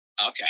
Okay